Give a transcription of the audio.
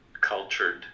cultured